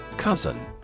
Cousin